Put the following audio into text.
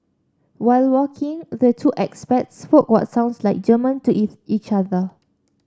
while walking the two expats spoke what sounds like German to each other